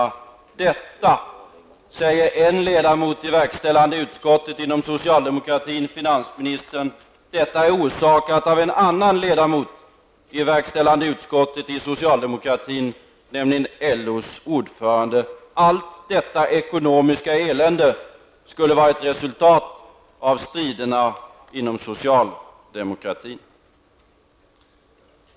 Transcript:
Då säger en ledamot i verkställande utskottet inom socialdemokratin, finansministern, att krisen är orsakad av en annan ledamot i verkställande utskottet i socialdemokratin, nämligen LOs ordförande. Allt detta ekonomiska elände skulle vara ett resultat av stridigheterna inom socialdemokratin.